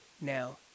Now